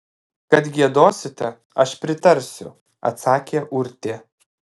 kad giedosite aš pritarsiu atsakė urtė